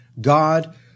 God